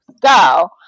go